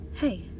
Hey